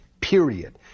period